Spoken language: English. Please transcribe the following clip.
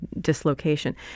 dislocation